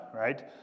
Right